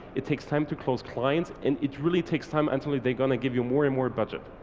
it takes time to close clients and it really takes time until they're gonna give you more and more budget.